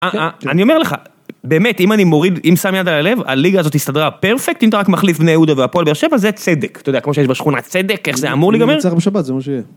אני אומר לך, באמת אם אני מוריד, אם שם יד על הלב, הליגה הזאת הסתדרה פרפקט, אם אתה רק מחליף בני יהודה והפועל באר שבע, זה צדק. אתה יודע, כמו שיש בשכונה, צדק איך זה אמור להיגמר. אם ננצח בשבת זה מה שיהיה.